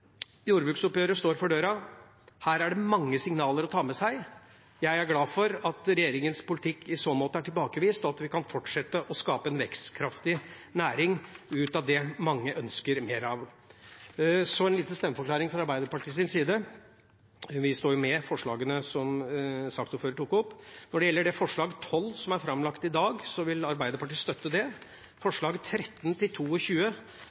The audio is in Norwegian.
Jordbruksoppgjøret står for døra, og her er det mange signaler å ta med seg. Jeg er glad for at regjeringas politikk i så måte er tilbakevist, og at vi kan fortsette å skape en vekstkraftig næring av det mange ønsker mer av. Så en liten stemmeforklaring fra Arbeiderpartiets side: Vi står jo med forslagene som saksordføreren tok opp. Når det gjelder forslag nr. 12, som er framlagt i dag, vil Arbeiderpartiet støtte det.